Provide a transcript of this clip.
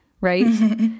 right